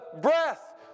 breath